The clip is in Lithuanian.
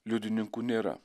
liudininkų nėra